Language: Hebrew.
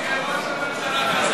הנה, ראש הממשלה חזר.